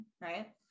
right